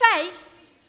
Faith